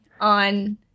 on –